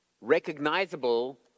recognizable